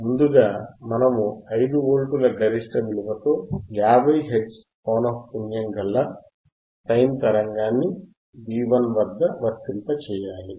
ముందుగా మనము 5 వోల్టుల గరిష్ట విలువ తో 50 హెర్ట్జ్ పోవ్నఃపున్యం గల సైన్ తరంగాన్ని V1వద్ద వర్తింపజేయాలి